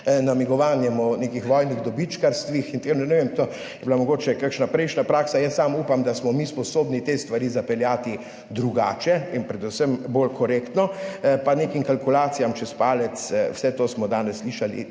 namigovanjem o nekih vojnih dobičkarstvih in tem. Ne vem, to je bila mogoče kakšna prejšnja praksa, jaz samo upam, da smo mi sposobni te stvari zapeljati drugače in predvsem bolj korektno. Pa neke kalkulacije čez palec, vse to smo danes slišali,